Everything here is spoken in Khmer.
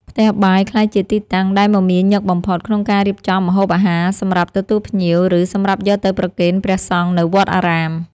ផ្ទះបាយក្លាយជាទីតាំងដែលមមាញឹកបំផុតក្នុងការរៀបចំម្ហូបអាហារសម្រាប់ទទួលភ្ញៀវ ឬសម្រាប់យកទៅប្រគេនព្រះសង្ឃនៅវត្តអារាម។